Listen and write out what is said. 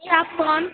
क्या आप कौन